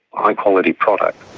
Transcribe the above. high quality product.